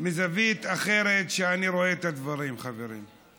מזווית אחרת שאני רואה את הדברים, חברים.